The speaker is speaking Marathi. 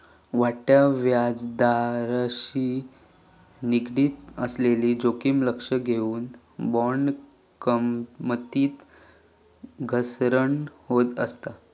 वाढत्या व्याजदराशी निगडीत असलेली जोखीम लक्षात घेऊन, बॉण्ड किमतीत घसरण होत असता